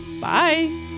Bye